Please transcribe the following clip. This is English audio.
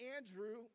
Andrew